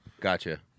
gotcha